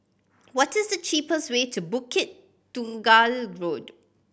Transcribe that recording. what is the cheapest way to Bukit Tunggal Road